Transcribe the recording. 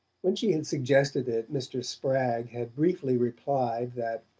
when she had suggested it mr. spragg had briefly replied that,